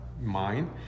mind